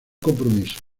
compromiso